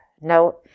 no